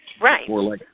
Right